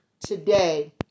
today